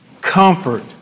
comfort